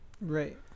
Right